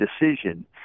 decision